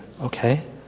Okay